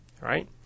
right